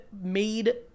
made